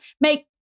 make